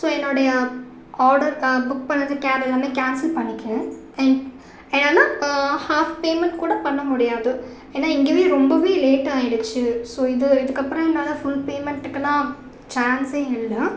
so என்னுடைய order book பண்ணிணது cab எல்லாமே கேன்சல் பண்ணிக்கிறேன் அண்ட் ஏன்னால் ஆஃப் பேமெண்ட் கூட பண்ண முடியாது ஏன்னால் இங்கேவே ரொம்பவே லேட்டாகிடுச்சி ஸோ இது இதுக்கப்புறம் என்னால் ஃபுல் பேமெண்ட்டுக்கெலாம் சான்சே இல்லை